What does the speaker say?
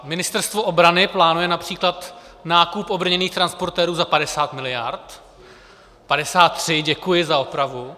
Ministerstvo obrany plánuje například nákup obrněných transportérů za 50 miliard 53, děkuji za opravu.